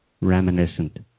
Reminiscent